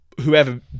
Whoever